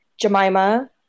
Jemima